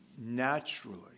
naturally